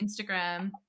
instagram